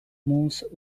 moves